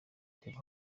reba